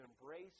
embrace